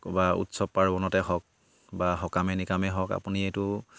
ক'ৰবাত উৎসৱ পাৰ্বণতে হওক বা সকামে নিকামেই হওক আপুনি এইটো